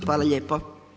Hvala lijepo.